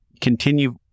continue